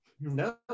no